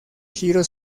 giro